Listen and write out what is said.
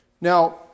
Now